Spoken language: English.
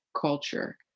culture